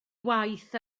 waith